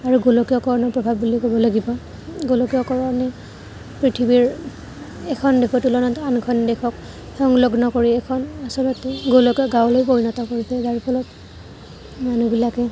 আৰু গোলকীয়কৰণৰ প্ৰভাৱ বুলি ক'ব লাগিব গোলকীয়কৰণে পৃথিৱীৰ এখন দেশৰ তুলনাত আন এখন দেশক সংলগ্ন কৰি এখন আচলতে গোলকীয় গাঁৱলৈ পৰিণত কৰিছে যাৰ ফলত মানুহবিলাকে